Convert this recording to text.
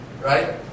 right